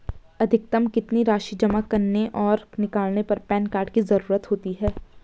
अधिकतम कितनी राशि जमा करने और निकालने पर पैन कार्ड की ज़रूरत होती है?